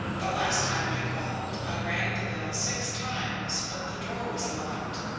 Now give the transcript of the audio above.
the last time i called, i rang the bell six times, but the door was locked.